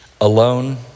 alone